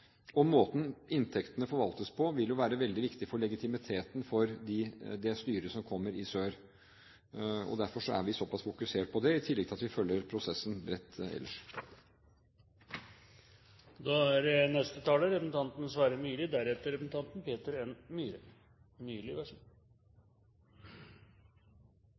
Måten inntektene forvaltes på, vil være veldig viktig for legitimiteten til det styret som kommer i sør. Derfor er vi såpass fokusert på det, i tillegg til at vi følger prosessen bredt ellers.